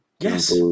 Yes